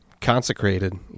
Consecrated